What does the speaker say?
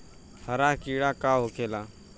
हरा कीड़ा का होखे ला?